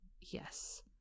Yes